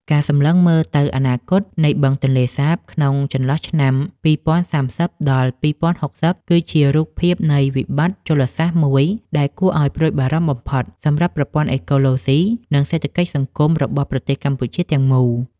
ការសម្លឹងមើលទៅអនាគតនៃបឹងទន្លេសាបក្នុងចន្លោះឆ្នាំ ២០៣០ ដល់ ២០៦០ គឺជារូបភាពនៃវិបត្តិជលសាស្ត្រមួយដែលគួរឱ្យព្រួយបារម្ភបំផុតសម្រាប់ប្រព័ន្ធអេកូឡូស៊ី និងសេដ្ឋកិច្ចសង្គមរបស់ប្រទេសកម្ពុជាទាំងមូល។